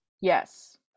Yes